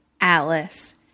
Alice